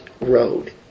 road